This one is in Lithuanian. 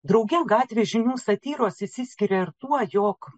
drauge gatvės žinių satyros išsiskiria ir tuo jog